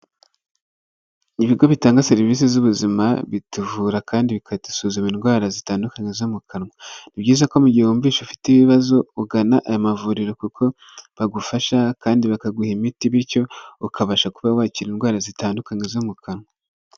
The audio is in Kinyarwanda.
Ibigo bitanga serivisi z'ubuzima bituvura kandi bikadusuzuma indwara zitandukanye zo mu kanwa. Ni byiza ko mu gihe wumvishe ufite ibibazo ugana aya mavuriro kuko bagufasha kandi bakaguha imiti bityo ukabasha kuba wakira indwara zitandukanye zo mu kanwa.